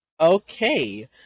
Okay